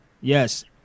Yes